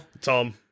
Tom